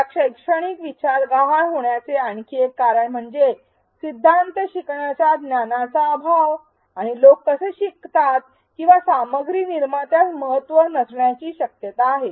या शैक्षणिक विचार गहाळ होण्याचे आणखी एक कारण म्हणजे सिद्धांत शिकण्याच्या ज्ञानाचा अभाव आणि लोक कसे शिकतात किंवा सामग्री निर्मात्यास महत्त्व नसण्याची शक्यता आहे